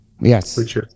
Yes